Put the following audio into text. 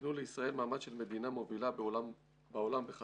הקנו לישראל מעמד של מדינה מובילה בעולם בחדשנות